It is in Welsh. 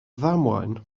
ddamwain